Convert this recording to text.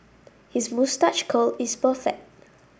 his moustache curl is perfect